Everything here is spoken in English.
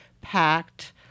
packed